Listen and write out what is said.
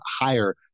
higher